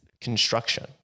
construction